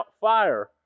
fire